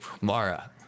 Mara